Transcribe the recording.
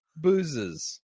boozes